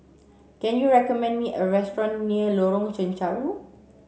can you recommend me a restaurant near Lorong Chencharu